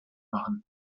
machen